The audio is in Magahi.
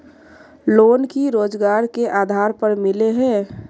लोन की रोजगार के आधार पर मिले है?